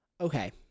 Okay